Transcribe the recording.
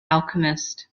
alchemist